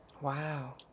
Wow